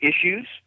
issues